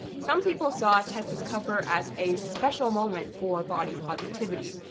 some people saw tess's cover as a special moment for body positivity,